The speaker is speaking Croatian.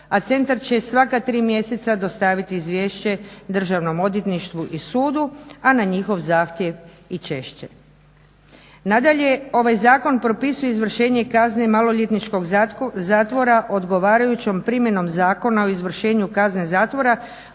a centar će svaka tri mjeseca dostaviti izvješće Državnom odvjetništvu i sudu, a na njihov zahtjev i češće. Nadalje, ovaj zakon propisuje izvršenje kazne maloljetničkog zatvora odgovarajućom primjenom Zakona o izvršenju kazne zatvora